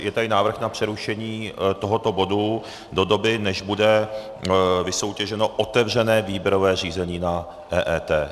Je tady návrh na přerušení tohoto bodu do doby, než bude vysoutěženo otevřené výběrové řízení na EET.